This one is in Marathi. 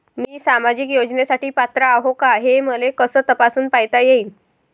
मी सामाजिक योजनेसाठी पात्र आहो का, हे मले कस तपासून पायता येईन?